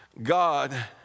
God